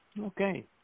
Okay